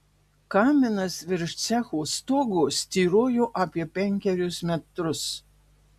kaminas virš cecho stogo styrojo apie penkerius metrus